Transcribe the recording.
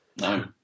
No